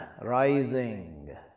rising